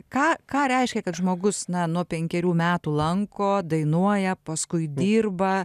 ką ką reiškia kad žmogus na nuo penkerių metų lanko dainuoja paskui dirba